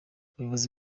ubuyobozi